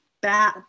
bad